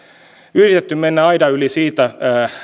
yritetty mennä aidan yli siitä